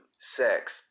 sex